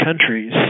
countries